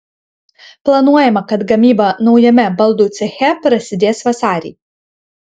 planuojama kad gamyba naujame baldų ceche prasidės vasarį